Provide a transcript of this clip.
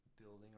building